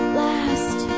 last